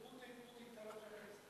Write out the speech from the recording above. פוטין תרם שם כסף.